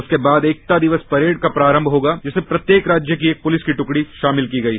उसके बाद एकता दिवस परेड का प्रारंभ होगा जिसमें प्रत्येक राज्य की एक पुलिस की ट्कड़ी शामिल की गई है